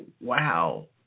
wow